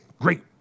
great